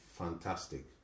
fantastic